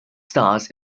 stars